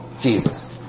Jesus